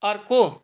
अर्को